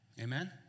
Amen